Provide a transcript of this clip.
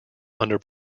under